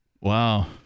wow